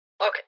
Okay